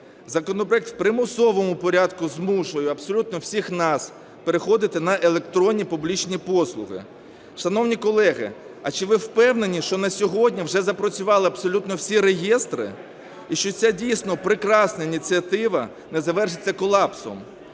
Законопроект в примусовому порядку змушує абсолютно всіх нас переходити на електронні публічні послуги. Шановні колеги, а чи ви впевнені, що на сьогодні вже запрацювали абсолютно всі реєстри і що ця дійсно прекрасна ініціатива не завершиться колапсом?